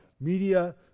media